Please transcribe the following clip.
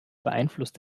beeinflusst